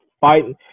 fighting